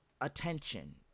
attention